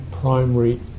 primary